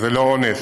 זה לא עונש.